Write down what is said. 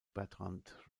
bertrand